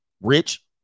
Rich